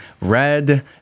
Red